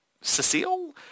Cecile